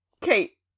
Kate